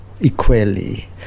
equally